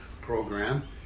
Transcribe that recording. program